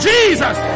Jesus